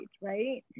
right